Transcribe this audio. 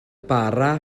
bara